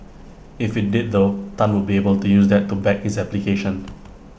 if IT did though Tan would be able to use that to back his application